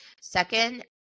Second